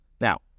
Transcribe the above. Now